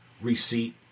receipt